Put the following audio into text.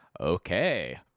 okay